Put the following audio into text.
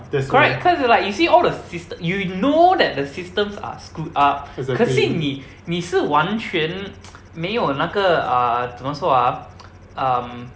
correct cause you like you see all the syst~ you know that the systems are screwed up 可是你你是完全 没有那个 uh 怎么说啊 um